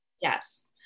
Yes